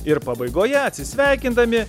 ir pabaigoje atsisveikindami